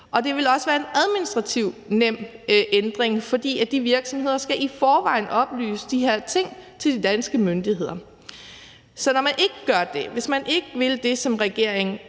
og det vil også være en administrativt nem ændring, fordi de virksomheder i forvejen skal oplyse de her ting til de danske myndigheder. Så når man som regering